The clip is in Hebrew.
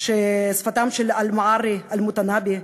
שפתם של אלמערי, אלמותנבי,